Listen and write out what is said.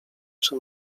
czy